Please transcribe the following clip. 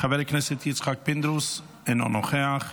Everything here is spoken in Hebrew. חבר הכנסת יצחק פינדרוס, אינו נוכח,